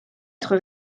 être